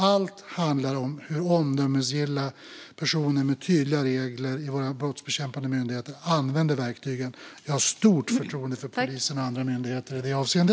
Allt handlar om hur omdömesgilla personer i våra brottsbekämpande myndigheter med hjälp av tydliga regler använder verktyget, och jag har stort förtroende för polisen och andra myndigheter i detta avseende.